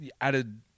added